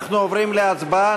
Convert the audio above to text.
אנחנו עוברים להצבעה,